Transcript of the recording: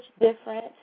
different